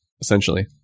essentially